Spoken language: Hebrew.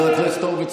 חבר הכנסת הורוביץ,